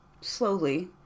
slowly